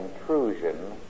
intrusion